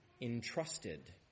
entrusted